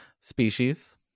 species